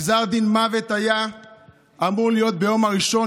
גזר דין המוות היה אמור להיות ביום ראשון,